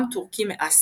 עם טורקי מאסיה.